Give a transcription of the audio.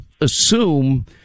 assume